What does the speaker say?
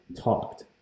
talked